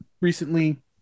recently